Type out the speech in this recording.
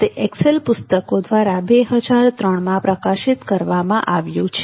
તે એક્સેલ પુસ્તકો દ્વારા 2003માં પ્રકાશિત કરવામાં આવ્યું છે